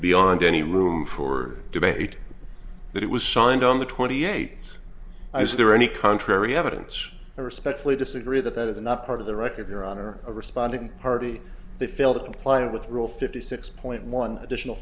beyond any room for debate that it was signed on the twenty eight i was there any contrary evidence i respectfully disagree that that is not part of the record your honor a respondent party they failed to comply with rule fifty six point one additional